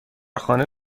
خانه